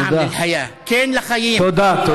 כן לחיים.) תודה.